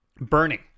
Burning